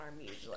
usually